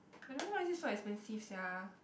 I don't know why is it so expensive sia